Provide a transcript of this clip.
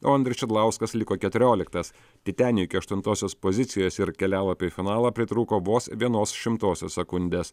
o andrius šidlauskas liko keturioliktas titeniui iki aštuntosios pozicijos ir kelialapio į finalą pritrūko vos vienos šimtosios sekundės